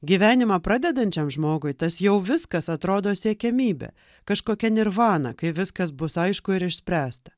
gyvenimą pradedančiam žmogui tas jau viskas atrodo siekiamybė kažkokia nirvana kai viskas bus aišku ir išspręsta